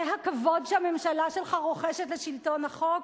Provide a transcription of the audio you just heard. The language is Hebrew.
זה הכבוד שהממשלה שלך רוחשת לשלטון החוק?